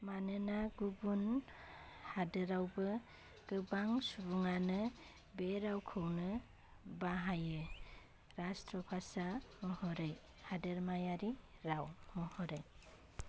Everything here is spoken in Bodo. मानोना गुबुन हादरावबो गोबां सुबुङानो बे रावखौनो बाहायो रास्ट्र भाषा महरै हादरमायारि राव महरै